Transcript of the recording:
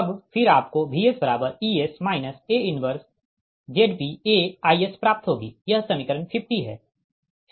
तब फिर आपको VsEs A 1ZpA Is प्राप्त होगी यह समीकरण 50 है